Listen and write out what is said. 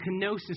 kenosis